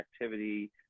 activity